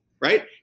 right